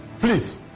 please